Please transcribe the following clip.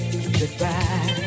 Goodbye